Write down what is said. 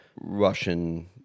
Russian